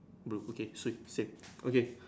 blue okay sweet same okay